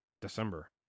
December